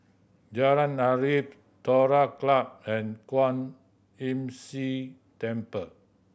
Jalan Arif Terror Club and Kwan Imm See Temple